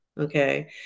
okay